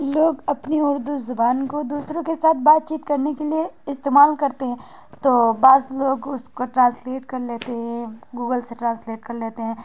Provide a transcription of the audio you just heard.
لوگ اپنی اردو زبان کو دوسروں کے ساتھ بات چیت کرنے کے لیے استعمال کرتے ہیں تو بعض لوگ اس کو ٹرانسلیٹ کر لیتے ہیں گوگل سے ٹرانسلیٹ کر لیتے ہیں